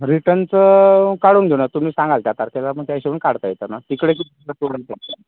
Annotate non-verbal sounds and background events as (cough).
रिटनचं काढून देऊ ना तुम्ही सांगाल त्या तारखेला मग त्या हिशेबानं काढता येतं ना इकडे (unintelligible)